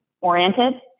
oriented